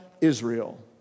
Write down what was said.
Israel